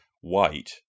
white